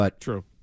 True